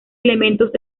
elementos